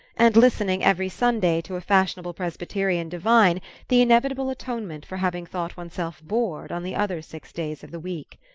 and listening every sunday to a fashionable presbyterian divine the inevitable atonement for having thought oneself bored on the other six days of the week.